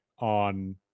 on